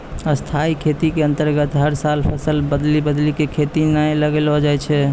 स्थाई खेती के अन्तर्गत हर साल फसल बदली बदली कॅ खेतों म लगैलो जाय छै